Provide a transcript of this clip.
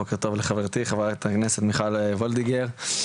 בוקר טוב לחברתי חה"כ מיכל וולדיגר,